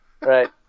right